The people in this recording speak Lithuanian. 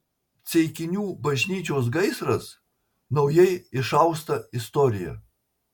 ceikinių bažnyčios gaisras naujai išausta istorija